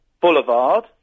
Boulevard